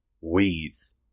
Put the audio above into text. weeds